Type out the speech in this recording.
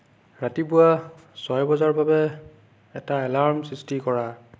ৰাতিপুৱা ছয় বজাৰ বাবে এটা এলাৰ্ম সৃষ্টি কৰা